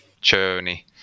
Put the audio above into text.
journey